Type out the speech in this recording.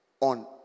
on